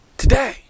Today